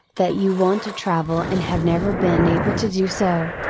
that you want to travel and have never been able to do so.